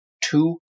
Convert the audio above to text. two